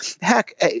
Heck